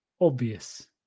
obvious